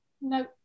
no